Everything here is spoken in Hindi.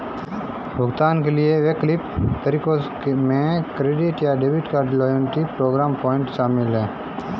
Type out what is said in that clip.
भुगतान के वैकल्पिक तरीकों में क्रेडिट या debit card, loyalty program point शामिल है